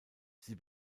sie